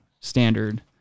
standard